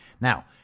Now